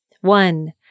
One